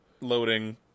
loading